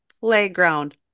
playground